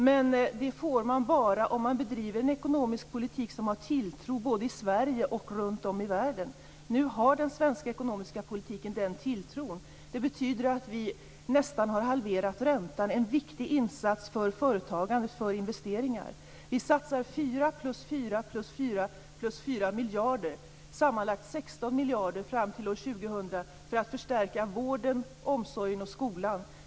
Men det får man bara om man bedriver en ekonomisk politik som möts av tilltro både i Sverige och runt om i världen. Nu möts den svenska ekonomiska politiken av den tilltron. Det betyder att vi nästan har halverat räntan - en viktig insats för företagande och för investeringar. Vi satsar 4 + 4 + 4 + 4 miljarder kronor, sammanlagt 16 miljarder kronor fram till år 2000 för att förstärka vården, omsorgen och skolan.